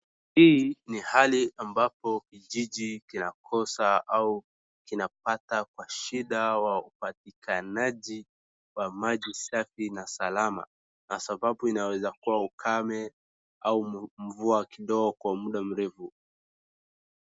Hii ni hali ambapo kijiji kinakosa au kinapata kwa wa shida upatikanaji wa maji safi na salama, na sababu inaweza kuwa ukame au mvua kidogo kwa muda mrefu.